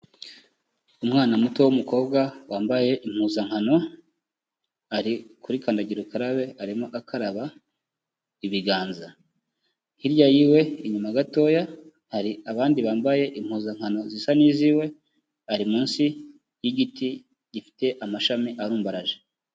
Umwana muto w'umukobwa wambaye impuzankano ari kurikandagira ukarabe arimo akaba ibiganza, hirya y'iwe inyuma gatoya hari abandi bambaye impuzankano zisa n'iz'iwe ari munsi y'igiti gifite amashami arumbaraje.